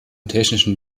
technischen